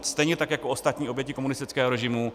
Stejně tak jako ostatní oběti komunistického režimu.